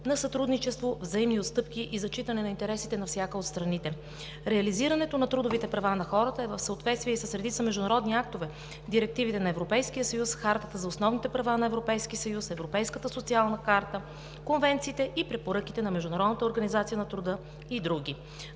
на сътрудничество, взаимни отстъпки и зачитане на интересите на всяка от страните. Реализирането на трудовите права на хората е в съответствие и с редица международни актове – директивите на Европейския съюз, Хартата за основните права на Европейския съюз, Европейската социална харта, конвенциите и препоръките на Международната организация на труда и други.